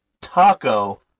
Taco